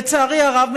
לצערי הרב,